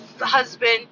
husband